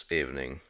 evening